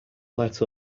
let